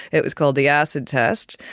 it was called the acid test.